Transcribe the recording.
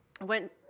went